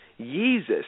Jesus